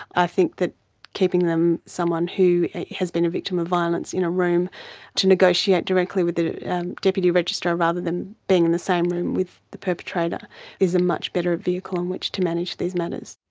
i think that keeping someone who has been a victim of violence in a room to negotiate directly with the deputy registrar rather than being in the same room with the perpetrator is a much better vehicle on which to manage these matters.